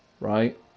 right